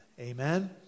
Amen